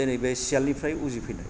दिनै बे सियालनिफाय उजिफैनाय